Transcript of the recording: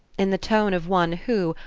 in the tone of one who,